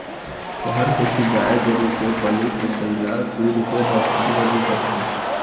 सहर कोती गाय गरू के पलई पोसई ल दूद के बैपार बर ही करथे